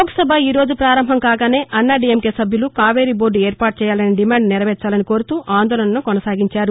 లోక్సభ ఈ రోజు పారంభం కాగానే అన్నాడీఎంకే సభ్యులు కావేరీ బోర్డు ఏర్పాటు చేయాలనే డిమాండ్ను నెరవేర్పాలని కోరుతూ ఆందోళనను కొనసాగించారు